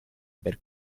per